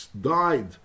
died